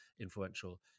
influential